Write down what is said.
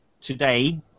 today